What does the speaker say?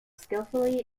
skillfully